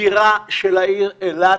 סגירה של העיר אילת